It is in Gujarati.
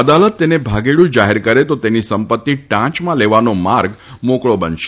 અદાલત તેને ભાગેડુ જાહેર કરે તો તેની સંપત્તી ટાંચમાં લેવાનો માર્ગ મોકળો બની શકે છે